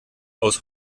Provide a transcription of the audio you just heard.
aus